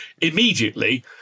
immediately